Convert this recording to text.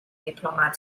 diplomat